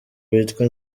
witwa